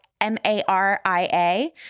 M-A-R-I-A